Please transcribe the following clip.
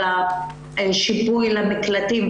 על השיפוי למקלטים,